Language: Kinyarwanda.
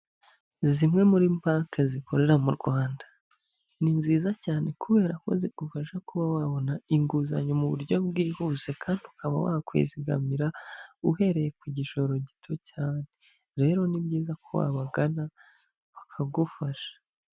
Zimwe muri banki zikorera mu Rwanda. Ni nziza cyane kubera ko zigufasha kuba wabona inguzanyo mu buryo bwihuse kandi ukaba wakwizigamira uhereye ku gishoro gito cyane. Rero ni byiza ko wabagana bakagufasha.